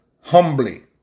humbly